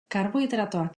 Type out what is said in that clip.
karbohidratoak